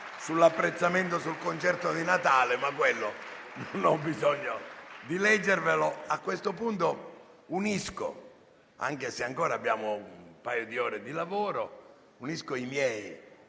l'apprezzamento sul concerto di Natale, ma quello non ho bisogno di leggervelo. A questo punto, anche se ancora abbiamo un paio d'ore di lavoro, unisco